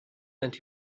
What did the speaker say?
and